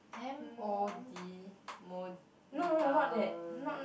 M_O_D modal